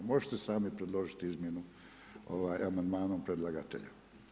Možete sami predložiti izmjenu amandmanom predlagatelja.